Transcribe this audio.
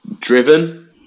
Driven